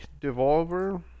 Devolver